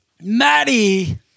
Maddie